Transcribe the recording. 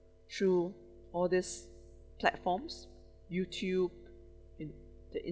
through all these platforms YouTube in~ the